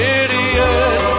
idiot